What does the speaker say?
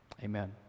Amen